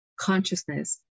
consciousness